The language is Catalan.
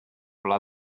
pla